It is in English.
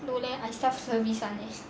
no leh I self service [one] leh